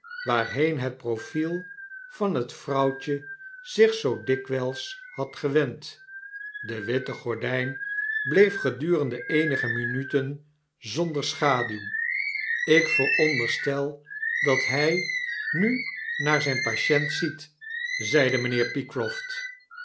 waarheen het profiel van het vrouwtje zich zoo dikwyls had gewend de witte gordyn bleefgedurende eenige minuten zonder schaduw ik vooronderstel dat hy nu naar zijn patient ziet zeide mynheer pycroft